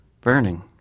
burning